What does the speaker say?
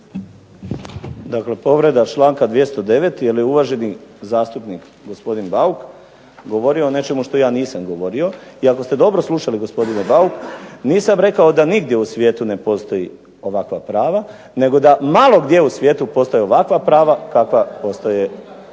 Dakle, povreda članka 209. jer je uvaženi zastupnik gospodin Bauk govorio o nečemu što ja nisam govorio i ako ste dobro slušali gospodine Bauk nisam rekao da nigdje u svijetu ne postoje ovakva prava nego da malo gdje u svijetu postoje ovakva prava kakva postoje u